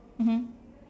mmhmm